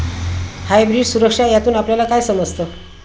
Hybrid सुरक्षा यातून आपल्याला काय समजतं?